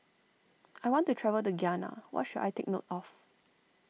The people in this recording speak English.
I want to travel to Ghana what should I take note of